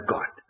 God